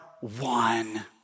one